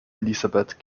elisabeth